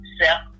self